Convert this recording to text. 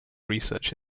research